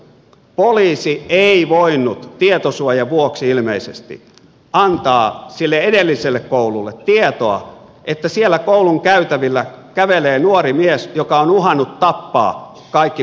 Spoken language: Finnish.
poliisi ei voinut tietosuojan vuoksi ilmeisesti antaa sille edelliselle koululle tietoa että siellä koulun käytävillä kävelee nuori mies joka on uhannut tappaa kaikki koulun oppilaat